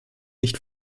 nicht